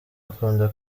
akunda